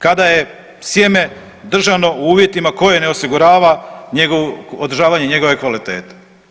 Kada je sjeme državno u uvjetima koje ne osigurava održavanje njegove kvalitete.